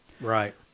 Right